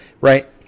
right